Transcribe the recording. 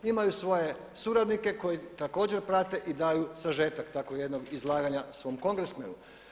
Imaju svoje suradnike koji također prate i daju sažetak tako jednog izlaganja svom kongresmenu.